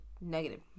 negative